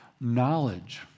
knowledge